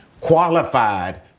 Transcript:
qualified